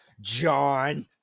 John